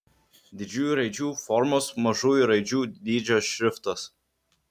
didžiųjų raidžių formos mažųjų raidžių dydžio šriftas